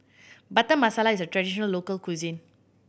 Butter Masala is a traditional local cuisine